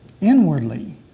inwardly